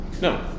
No